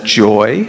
joy